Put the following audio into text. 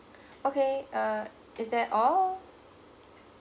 okay uh is that all